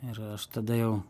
ir aš tada jau